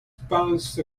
pounced